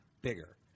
bigger